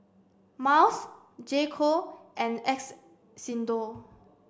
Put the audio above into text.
Miles J co and X Xndo